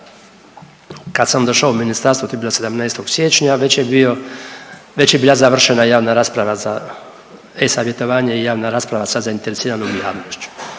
kad sam došao u ministarstvo to je bilo 17. siječnja već je bio, već je bila završena javna rasprava za e-savjetovanje i javna rasprava sa zainteresiranom javnošću.